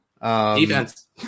Defense